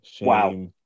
Wow